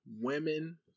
women